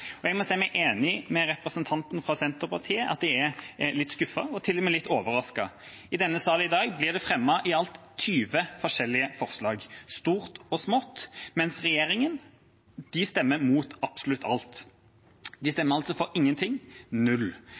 Jeg må si meg enig med representanten fra Senterpartiet – jeg er litt skuffet og til og med litt overrasket. I denne sal blir det i dag fremmet i alt 20 forskjellige forslag, stort og smått, men regjeringspartiene stemmer imot absolutt alt. De stemmer altså for ingenting – null.